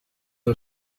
ati